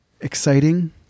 exciting